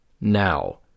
Now